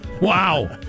Wow